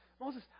Moses